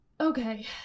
Okay